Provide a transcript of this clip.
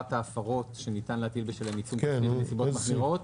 ההפרות שניתן להטיל בשלהן עיצום כספי בנסיבות מחמירות.